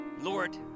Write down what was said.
Lord